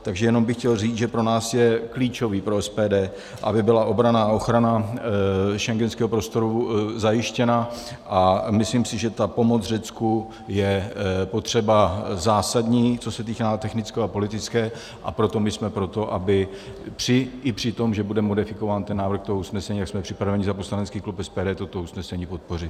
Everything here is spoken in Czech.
Takže jen bych chtěl říct, že pro nás je klíčové, pro SPD, aby byla obrana a ochrana schengenského prostoru zajištěna, a myslím si, že ta pomoc Řecku je potřeba zásadní, co se týká technické a politické, a proto my jsme pro to, aby i při tom, že bude modifikován ten návrh toho usnesení, tak jsme připraveni za Poslanecký klub SPD toto usnesení podpořit.